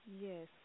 Yes